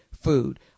food